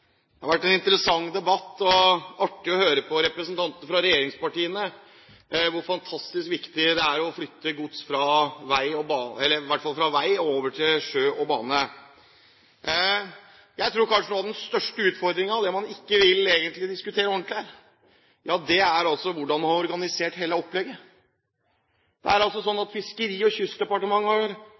Det har vært en interessant debatt og artig å høre representantene fra regjeringspartiene si hvor fantastisk viktig det er å flytte gods fra vei og over til sjø og bane. Jeg tror kanskje den største utfordringen – det man egentlig ikke vil diskutere ordentlig – er hvordan man har organisert hele opplegget. Det er altså sånn at Fiskeri- og kystdepartementet har